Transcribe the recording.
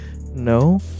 No